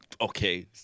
Okay